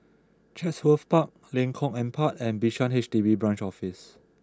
Chatsworth Park Lengkong Empat and Bishan H D B Branch Office